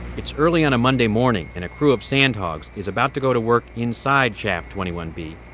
it's early on a monday morning and a crew of sandhogs is about to go to work inside shaft twenty one b,